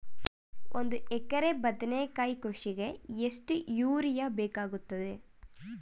ಒಂದು ಎಕರೆ ಬದನೆಕಾಯಿ ಕೃಷಿಗೆ ಎಷ್ಟು ಯೂರಿಯಾ ಬೇಕಾಗುತ್ತದೆ?